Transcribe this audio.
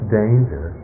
danger